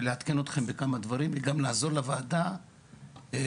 לעדכן אתכם בכמה דברים וגם לעזור לוועדה להתקדם